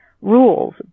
rules